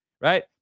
right